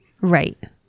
Right